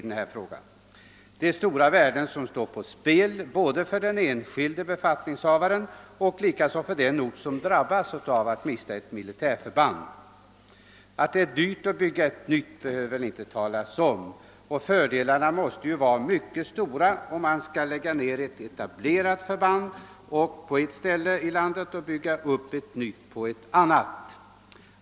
Det är stora värden som står på spel både för den enskilde befattningshavaren och för den ort som drabbas av att mista ett militärförband. Att det är dyrt att bygga upp ett nytt behöver väl inte särskilt framhållas. Fördelarna måste följaktligen vara mycket stora, om man skall lägga ned ett etablerat förband på ett ställe i landet och bygga upp ett nytt på ett annat.